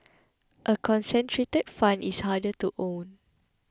a concentrated fund is harder to own